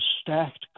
stacked